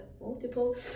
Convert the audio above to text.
multiple